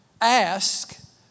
ask